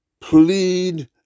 plead